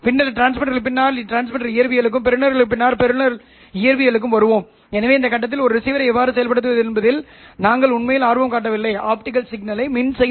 முந்தைய தொகுதியில் திசைக் குறைப்பு பெறுநர்கள் மற்றும் ஹோமோ சுய தாமதமான டெலைன் இன்டர்ஃபெரோமீட்டர் டிடெக்டர்கள் பற்றி விவாதித்தோம்